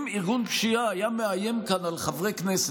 אם ארגון פשיעה היה מאיים כאן על חברי כנסת,